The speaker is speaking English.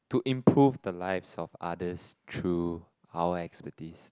to improve the lives of others true our expertise